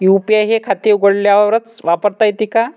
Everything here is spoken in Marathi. यू.पी.आय हे खाते उघडल्यावरच वापरता येते का?